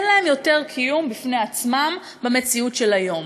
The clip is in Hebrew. אין להם יותר קיום בפני עצמם במציאות של היום.